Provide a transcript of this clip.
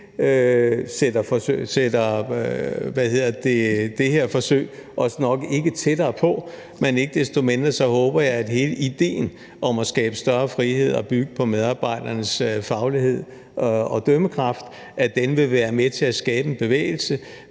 sætter det her forsøg os nok ikke tættere på, men ikke desto mindre håber jeg, at hele idéen om at skabe større frihed og bygge på medarbejdernes faglighed og dømmekraft vil være med til at skabe en bevægelse,